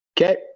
Okay